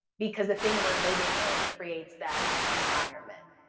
because the thing we're living in creates that environment.